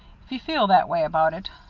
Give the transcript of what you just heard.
if you feel that way about it.